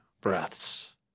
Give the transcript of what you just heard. breaths